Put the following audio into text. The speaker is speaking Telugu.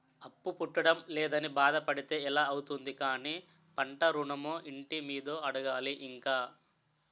అప్పు పుట్టడం లేదని బాధ పడితే ఎలా అవుతుంది కానీ పంట ఋణమో, ఇంటి మీదో అడగాలి ఇంక